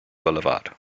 boulevard